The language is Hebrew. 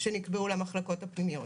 שנקבעו למחלקות הפנימיות.